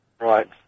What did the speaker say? Right